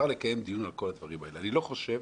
לא חושב